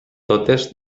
totes